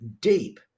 deep